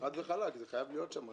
חד וחלק, זה חייב להיות שם.